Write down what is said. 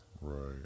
Right